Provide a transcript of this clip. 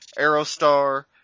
Aerostar